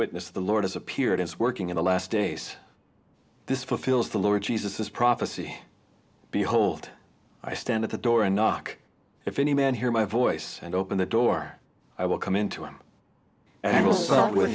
witness to the lord has appeared is working in the last days this fulfills the lord jesus prophecy behold i stand at the door and knock if any man hear my voice and open the door i will come in to him an